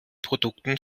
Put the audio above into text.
produkten